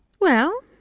well,